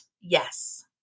yes